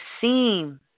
seem